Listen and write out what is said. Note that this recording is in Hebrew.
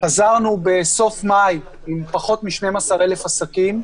חזרנו בסוף מאי עם פחות מ-12,000 עסקים.